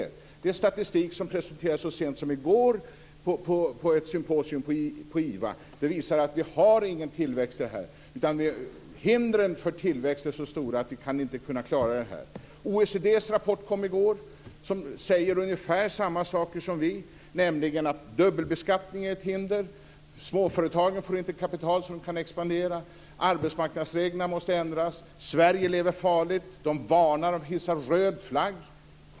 Det visar statistik som presenterades så sent som i går på ett symposium på IVA. Den visar att det inte finns någon tillväxt. Hindren för tillväxt är så stora att vi inte kommer att kunna klara det hela. OECD:s rapport kom i går. Den säger ungefär samma saker som vi, nämligen att dubbelbeskattningen är ett hinder, att småföretagen inte får kapital så att de kan expandera, att arbetsmarknadsreglerna måste ändras och att Sverige lever farligt. Man varnar och hissar röd flagg.